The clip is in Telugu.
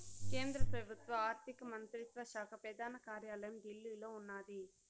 కేంద్ర పెబుత్వ ఆర్థిక మంత్రిత్వ శాక పెదాన కార్యాలయం ఢిల్లీలో ఉన్నాది